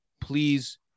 Please